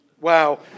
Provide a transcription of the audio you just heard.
Wow